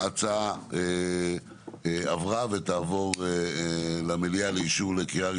ההצעה עברה ותעבור למליאה לאישור לקריאה ראשונה.